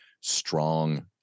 strong